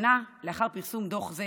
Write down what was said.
שנה לאחר פרסום דוח זה